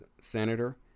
senator